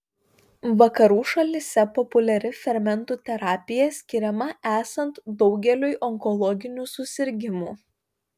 vakarų šalyse populiari fermentų terapija skiriama esant daugeliui onkologinių susirgimų